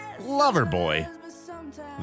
Loverboy